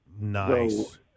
Nice